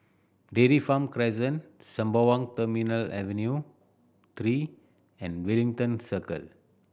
Dairy Farm Crescent Sembawang Terminal Avenue Three and Wellington Circle